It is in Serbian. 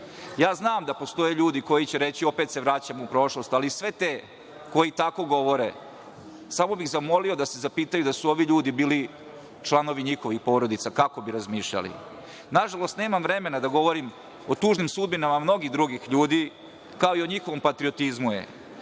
Znam da postoje ljudi koji će reći opet se vraćam u prošlost, ali sve te koji tako govore samo bih zamolio da se zapitaju da su ovi ljudi bili članovi njihovih porodica kako bi razmišljali. Nažalost, nemam vremena da govorim o tužnim sudbinama mnogih drugih ljudi, kao i o njihovom patriotizmu. Do